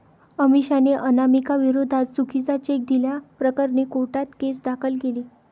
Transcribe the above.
अमिषाने अनामिकाविरोधात चुकीचा चेक दिल्याप्रकरणी कोर्टात केस दाखल केली